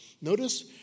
Notice